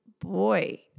Boy